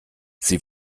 sie